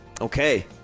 Okay